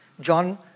John